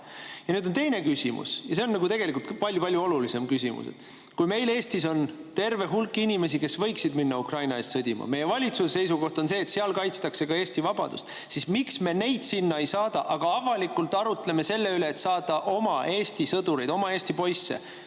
Nüüd on aga teine küsimus ja see on tegelikult palju-palju olulisem küsimus. Kui meil Eestis on terve hulk inimesi, kes võiksid minna Ukraina eest sõdima, ja kui meie valitsuse seisukoht on see, et seal kaitstakse ka Eesti vabadust, siis miks me neid sinna ei saada? Aga avalikult arutleme selle üle, et võiks saata oma sõdureid, Eesti poisse